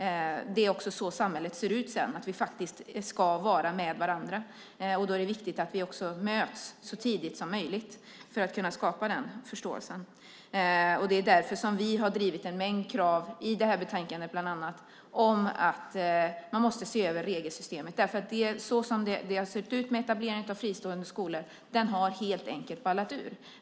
Det är så samhället ser ut, att vi ska vara med varandra, och då är det viktigt att vi möts så tidigt som möjligt för att kunna skapa den förståelsen. Det är därför som vi har drivit en mängd krav, som behandlas bland annat i det här betänkandet, om att man måste se över regelsystemet. Etableringen av fristående skolor har helt enkelt ballat ur.